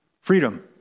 freedom